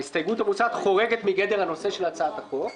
ההסתייגות המוצעת חורגת מגדר הנושא של הצעת החוק,